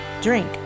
drink